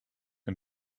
and